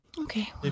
Okay